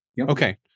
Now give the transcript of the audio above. Okay